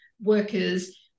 workers